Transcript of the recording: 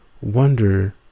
wonder